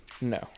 No